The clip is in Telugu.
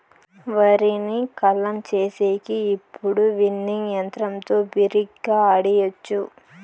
వరిని కల్లం చేసేకి ఇప్పుడు విన్నింగ్ యంత్రంతో బిరిగ్గా ఆడియచ్చు